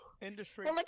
industry